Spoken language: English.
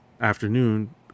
afternoon